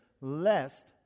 lest